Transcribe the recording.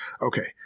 Okay